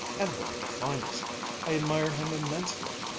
and one of the finest. i admire him immensely.